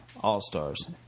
All-Stars